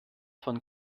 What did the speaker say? von